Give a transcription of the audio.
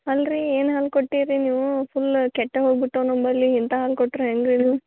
ಅಲ್ರಿ ಏನು ಹಾಲು ಕೊಟ್ಟಿರಿ ನೀವು ಫುಲ್ ಕೆಟ್ಟೆ ಹೋಗ್ಬಿಟ್ಟವ ನಮ್ಮಲ್ಲಿ ಇಂಥ ಹಾಲು ಕೊಟ್ಟರೆ ಹೆಂಗೆ ರೀ ನೀವು